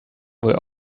were